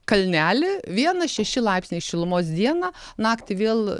kalnelį vienas šeši laipsniai šilumos dieną naktį vėl